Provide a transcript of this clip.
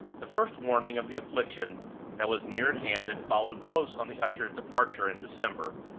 the first warning of the affliction that was near at hand had followed close on the usher's departure in december,